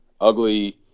ugly